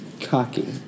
Cocky